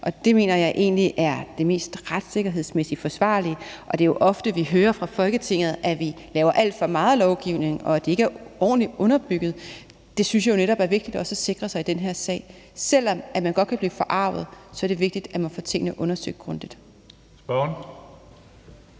og det mener jeg egentlig også retssikkerhedsmæssigt er det mest forsvarlige. Vi hører jo ofte, at vi fra Folketingets side laver alt for meget lovgivning, og at det ikke er ordentligt underbygget, og det synes jeg jo netop også det er vigtigt at sikre sig at det er i den her sag. Selv om man godt kan blive forarget, så er det vigtigt, at man får tingene undersøgt grundigt. Kl.